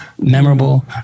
Memorable